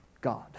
god